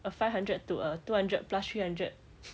uh five hundred to uh two hundred plus three hundred